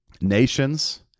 nations